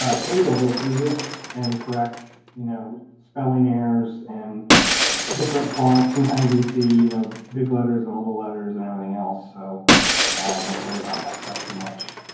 ah katie will ah go through this and correct you know spelling errors and different fonts, sometimes we see you know big letters and little letters and everything else, so don't worry about that stuff too much.